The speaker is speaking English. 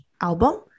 album